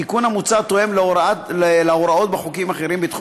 התיקון המוצע תואם את ההוראות בחוקים אחרים בתחום